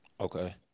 Okay